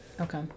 Okay